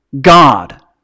God